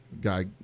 guy